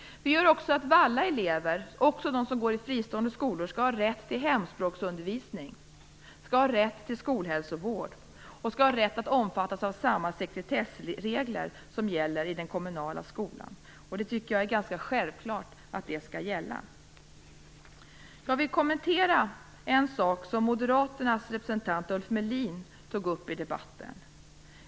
Vi föreslår också att alla elever, också de som går i fristående skolor, skall ha rätt till hemspråksundervisning, skolhälsovård och att omfattas av samma sekretessregler som gäller i den kommunala skolan. Jag tycker att det är ganska självklart att det skall gälla. Jag vill kommentera en sak som moderaternas representant Ulf Melin tog upp i debatten.